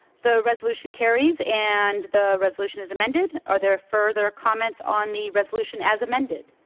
the resolution carries. and the resolution is amended. are there further comments on the resolution as amended?